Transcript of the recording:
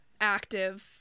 active